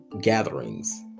gatherings